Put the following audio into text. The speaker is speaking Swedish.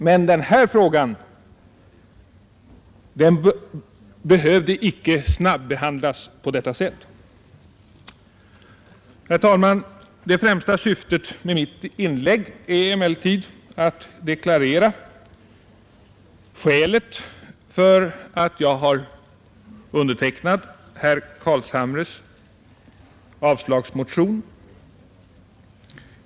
Men den här frågan behövde icke snabbehandlas på detta sätt. Herr talman! Det främsta syftet med mitt inlägg är emellertid att deklarera skälet till att jag har undertecknat herr Carlshamres avslagsmotion.